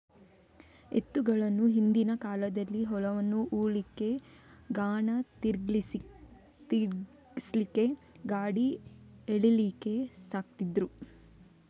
ಎತ್ತುಗಳನ್ನ ಹಿಂದಿನ ಕಾಲದಲ್ಲಿ ಹೊಲವನ್ನ ಉಳ್ಲಿಕ್ಕೆ, ಗಾಣ ತಿರ್ಗಿಸ್ಲಿಕ್ಕೆ, ಗಾಡಿ ಎಳೀಲಿಕ್ಕೆ ಸಾಕ್ತಿದ್ರು